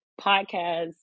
podcasts